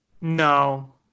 no